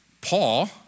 Paul